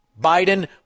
Biden